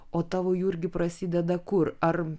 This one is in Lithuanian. o tavo jurgi prasideda kur ar